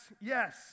yes